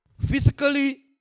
Physically